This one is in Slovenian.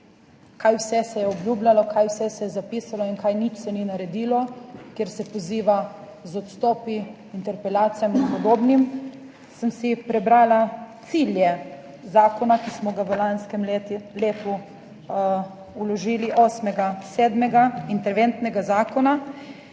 kaj vse se je obljubljalo, kaj vse se je zapisalo in česa se ni naredilo. Ker se poziva k odstopom, interpelacijam in podobnim, sem si prebrala cilje zakona, ki smo ga v lanskem letu vložili 8. 7., interventnega zakona,